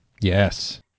Yes